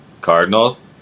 Cardinals